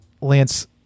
Lance